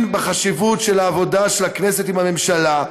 בחשיבות של העבודה של הכנסת עם הממשלה.